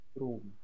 room